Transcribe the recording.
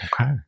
Okay